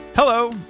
Hello